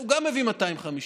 גם מביא 250?